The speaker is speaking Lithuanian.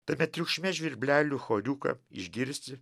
tame triukšme žvirblelių choriuką išgirsi